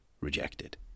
rejected